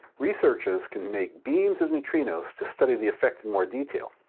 researchers can make beams of neutrinos to study the effect in more detail.